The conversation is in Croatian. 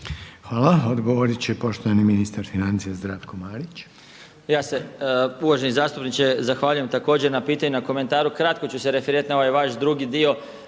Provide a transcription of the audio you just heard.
Hvala. Odgovorit će poštovani ministar financija Zdravko Marić.